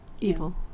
evil